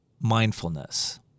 mindfulness